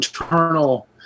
internal